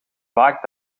vaak